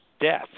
death